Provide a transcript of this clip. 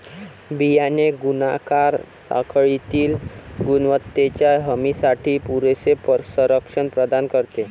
बियाणे गुणाकार साखळीतील गुणवत्तेच्या हमीसाठी पुरेसे संरक्षण प्रदान करते